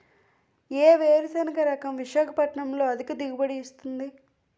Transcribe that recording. ఏ వేరుసెనగ రకం విశాఖపట్నం లో అధిక దిగుబడి ఇస్తుంది?